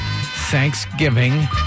Thanksgiving